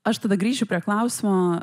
aš tada grįšiu prie klausimo